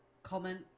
Comment